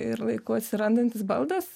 ir laiku atsirandantis baldas